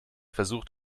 versucht